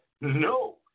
No